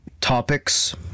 topics